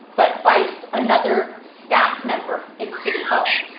but by so another staff member in city hall.